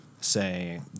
say